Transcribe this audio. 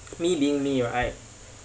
me being me right